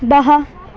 वह